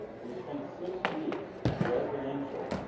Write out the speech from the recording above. we spent six weeks, residential,